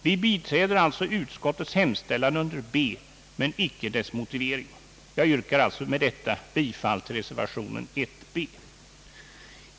Vi biträder alltså utskottets hemställan under B men icke dess motivering. Jag yrkar med detta bifall till reservation nr 1b.